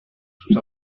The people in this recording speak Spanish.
sus